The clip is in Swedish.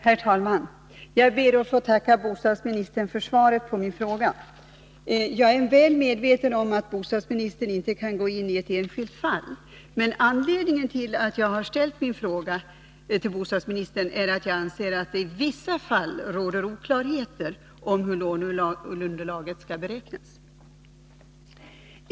Herr talman! Jag ber att få tacka bostadsministern för svaret på min fråga. Jag är väl medveten om att bostadsministern inte kan gå in på ett enskilt fall, men anledningen till att jag har ställt min fråga till bostadsministern är att jag anser att det i vissa fall råder oklarheter om hur låneunderlaget skall beräknas.